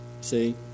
see